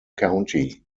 county